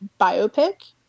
biopic